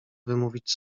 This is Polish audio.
wymówić